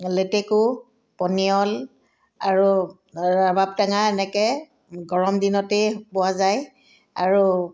লেটেকু পনিয়ল আৰু ৰবাব টেঙা এনেকৈ গৰম দিনতেই পোৱা যায় আৰু